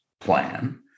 plan